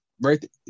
Right